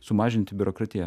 sumažinti biurokratiją